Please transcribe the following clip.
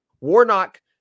Warnock